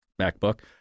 MacBook